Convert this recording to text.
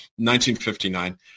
1959